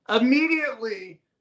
Immediately